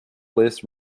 list